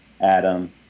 Adam